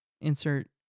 insert